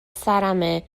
سرمه